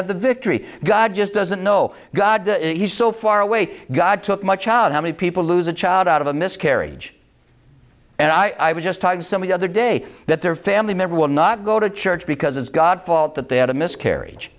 have the victory god just doesn't know god he's so far away god took my child how many people lose a child out of a miscarriage and i was just talking some of the other day that their family member will not go to church because it's god's fault that they had a miscarriage